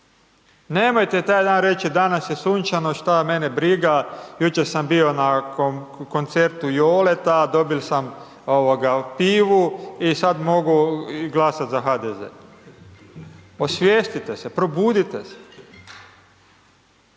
nemojte taj dan reći danas je sunčano, što mene briga, jučer sam bio na koncertu Joleta, dobio sam pivu i sada mogu i glasati za HDZ. Osvijestite se, probudite se.